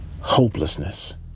hopelessness